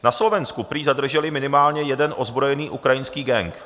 Na Slovensku prý zadrželi minimálně jeden ozbrojený ukrajinský gang.